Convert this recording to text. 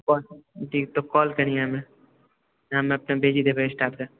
call ठीक तौँ call करीहऽ हमरा हम अपना भेजी देबय स्टाफके